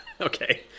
Okay